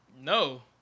No